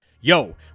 Yo